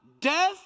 death